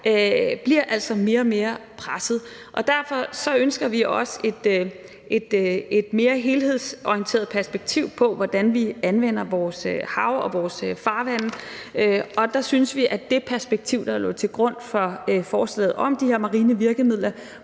bliver altså mere og mere presset. Og derfor ønsker vi os et mere helhedsorienteret perspektiv på, hvordan vi anvender vores hav og vores farvande. Og der synes vi, at det perspektiv, der lå til grund for forslaget om de her marine virkemidler,